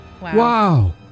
Wow